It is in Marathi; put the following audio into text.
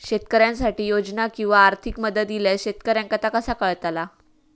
शेतकऱ्यांसाठी योजना किंवा आर्थिक मदत इल्यास शेतकऱ्यांका ता कसा कळतला?